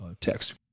text